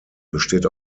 besteht